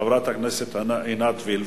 חברת הכנסת עינת וילף,